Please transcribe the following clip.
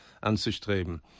anzustreben